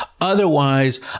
otherwise